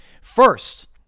First